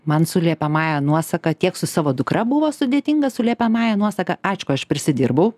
man su liepiamąja nuosaka tiek su savo dukra buvo sudėtinga su liepiamąja nuosaka aišku aš prisidirbau